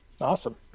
awesome